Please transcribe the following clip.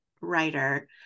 writer